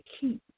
keep